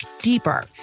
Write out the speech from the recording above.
deeper